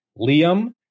Liam